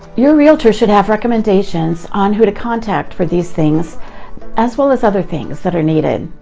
your realtor should have recommendations on who to contact for these things as well as other things that are needed.